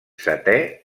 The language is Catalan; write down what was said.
setè